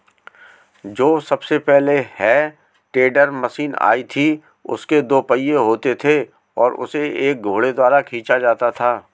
जो सबसे पहले हे टेडर मशीन आई थी उसके दो पहिये होते थे और उसे एक घोड़े द्वारा खीचा जाता था